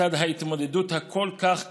לצד ההתמודדות הכל-כך קשה,